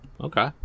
Okay